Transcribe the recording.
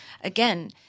again